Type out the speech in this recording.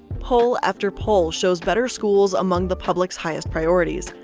poll after poll shows better schools among the public's highest priorities.